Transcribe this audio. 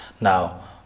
Now